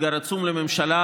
אתגר עצום לממשלה,